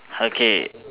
okay